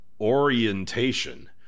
orientation